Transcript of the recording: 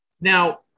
now